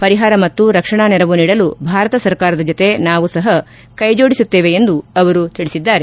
ಪರಿಹಾರ ಮತ್ತು ರಕ್ಷಣಾ ನೆರವು ನೀಡಲು ಭಾರತ ಸರ್ಕಾರದ ಜತೆ ನಾವು ಸಹ ಕೈಜೋಡಿಸುತ್ತೇವೆ ಎಂದು ಅವರು ತಿಳಿಸಿದ್ದಾರೆ